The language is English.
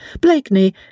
Blakeney